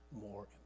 more